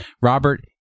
Robert